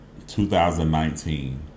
2019